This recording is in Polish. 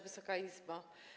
Wysoka Izbo!